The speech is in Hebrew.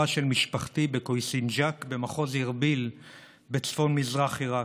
של משפחתי בכוי סנג'ק במחוז ארביל בצפון מזרח עיראק,